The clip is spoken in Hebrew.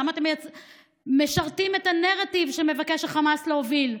למה אתם משרתים את הנרטיב שמבקש החמאס להוביל?